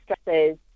stresses